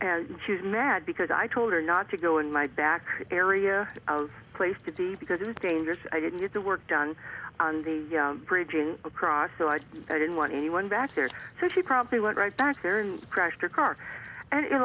and she was mad because i told her not to go in my back area of place to be because it was dangerous i didn't get the work done on the bridging across so i didn't want anyone back there so she probably went right back there and crashed her car and you